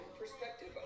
perspective